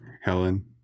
Helen